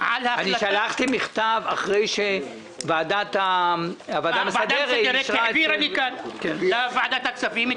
שלחתי מכתב אחרי שהוועדה המסדרת העבירה את הדיון לוועדת הכספים.